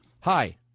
Hi